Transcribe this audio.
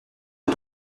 est